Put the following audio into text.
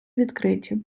відкриті